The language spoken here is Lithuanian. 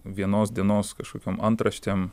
vienos dienos kažkokiom antraštėm